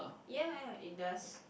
ya ya ya it does